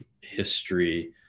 history